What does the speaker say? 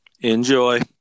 Enjoy